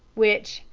which,